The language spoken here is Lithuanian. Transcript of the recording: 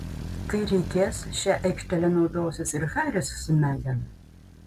kai reikės šia aikštele naudosis ir haris su megan